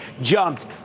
jumped